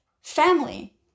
family